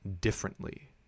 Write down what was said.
differently